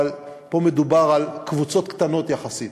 אבל פה מדובר על קבוצות קטנות יחסית.